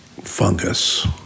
fungus